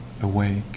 awake